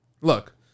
Look